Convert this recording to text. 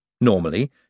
Normally